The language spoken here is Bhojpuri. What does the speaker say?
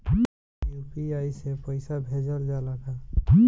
यू.पी.आई से पईसा भेजल जाला का?